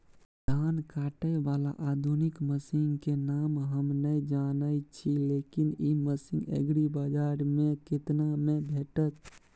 धान काटय बाला आधुनिक मसीन के नाम हम नय जानय छी, लेकिन इ मसीन एग्रीबाजार में केतना में भेटत?